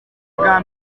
bwa